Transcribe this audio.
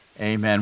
Amen